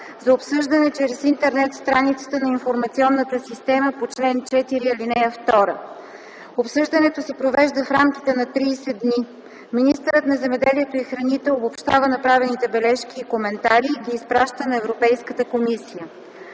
за обсъждане чрез интернет-страницата на информационната система по чл. 4, ал. 2. Обсъждането се провежда в рамките на 30 дни. Министърът на земеделието и храните обобщава направените бележки и коментари и ги изпраща на Европейската комисия.